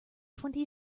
twenty